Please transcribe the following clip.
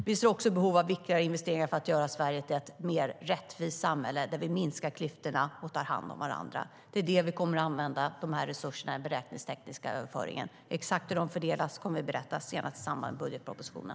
Vi ser också behov av viktiga investeringar för att göra Sverige till ett mer rättvist samhälle där vi minskar klyftorna och tar hand om varandra. Det är till det vi kommer att använda resurserna i den beräkningstekniska överföringen. Exakt hur de fördelas kommer vi att berätta senast i samband med budgetpropositionen.